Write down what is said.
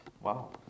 Wow